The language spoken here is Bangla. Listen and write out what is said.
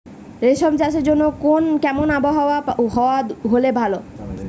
রেশম চাষের জন্য কেমন আবহাওয়া হাওয়া হলে ভালো?